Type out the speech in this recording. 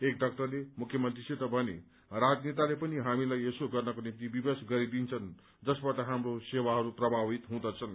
एक डाक्टरले मुख्यमन्त्रीसित भने राजनेताले पनि हामीलाई यसो गर्नको निम्ति विवश गरिदिन्छन् जसबाट हाम्रो सेवाहरू प्रभावित हुँदछन्